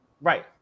right